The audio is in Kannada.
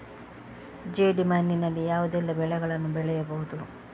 ಜೇಡಿ ಮಣ್ಣಿನಲ್ಲಿ ಯಾವುದೆಲ್ಲ ಬೆಳೆಗಳನ್ನು ಬೆಳೆಯಬಹುದು?